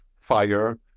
fire